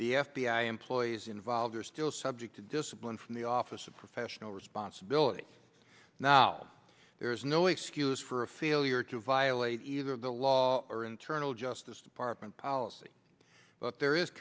the f b i employees involved are still subject to discipline from the office of professional responsibility now there is no excuse for a failure to violate either the law or internal justice department policy but there is